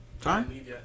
Time